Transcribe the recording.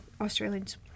australians